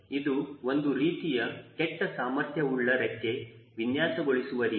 ಇದು ಒಂದು ರೀತಿಯ ಕೆಟ್ಟ ಸಾಮರ್ಥ್ಯವುಳ್ಳ ರೆಕ್ಕೆ ವಿನ್ಯಾಸಗೊಳಿಸುವ ರೀತಿ